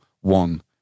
one